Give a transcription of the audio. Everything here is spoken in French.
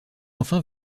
enfin